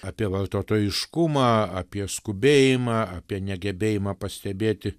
apie vartotojiškumą apie skubėjimą apie negebėjimą pastebėti